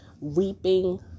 reaping